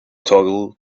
toggle